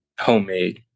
homemade